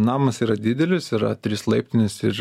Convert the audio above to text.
namas yra didelis yra trys laiptinės ir